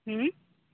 ও